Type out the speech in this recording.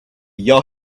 your